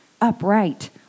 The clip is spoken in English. upright